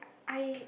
I